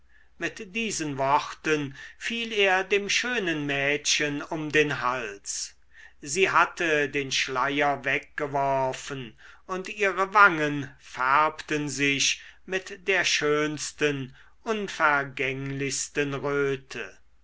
mit diesen worten fiel er dem schönen mädchen um den hals sie hatte den schleier weggeworfen und ihre wangen färbten sich mit der schönsten unvergänglichsten röte